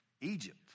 Egypt